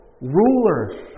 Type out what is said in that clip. ruler